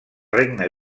regne